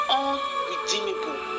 unredeemable